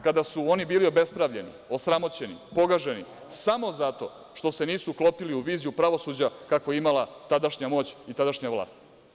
Kada su oni bili obespravljeni, osramoćeni, pogaženi, samo zato što se nisu uklopili u viziju pravosuđa kako je imala tadašnja moć i tadašnja vlast.